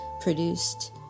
Produced